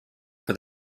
for